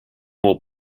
more